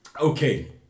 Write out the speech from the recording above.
Okay